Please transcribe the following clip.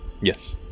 Yes